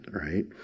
right